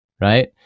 right